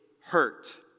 hurt